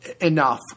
enough